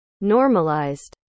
normalized